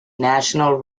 national